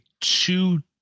two